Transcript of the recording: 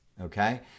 okay